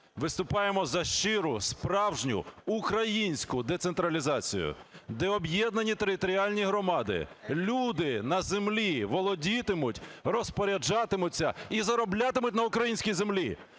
виступаємо за щиру, справжню, українську децентралізацію, де об'єднані територіальні громади, люди на землі володітимуть, розпоряджатимуться і зароблятимуть на українській землі.